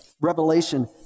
Revelation